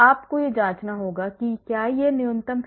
आपको यह जांचना होगा कि क्या यह न्यूनतम है